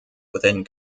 within